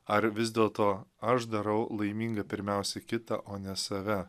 ar vis dėlto aš darau laimingą pirmiausiai kitą o ne save